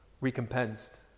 recompensed